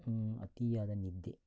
ಅತಿಯಾದ ನಿದ್ದೆ